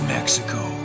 Mexico